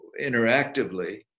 interactively